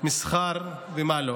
מסחר ומה לא.